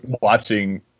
watching